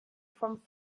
from